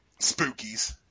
Spookies